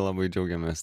labai džiaugiamės